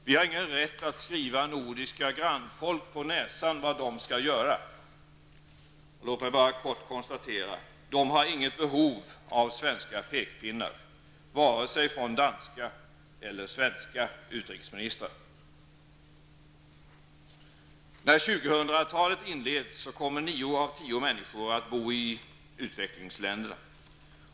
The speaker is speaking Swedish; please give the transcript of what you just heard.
Vi har ingen rätt att skriva nordiska grannfolk på näsan vad de skall göra. Helt kort kan jag bara konstatera: De har inget behov av svenska pekpinnar, vare sig från danska eller från svenska utrikesministrar. När 2000-talet inleds kommer nio av tio människor att bo i utvecklingsländerna.